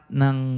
ng